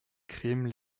crimes